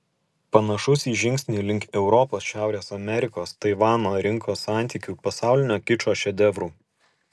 panašus į žingsnį link europos šiaurės amerikos taivano rinkos santykių pasaulinio kičo šedevrų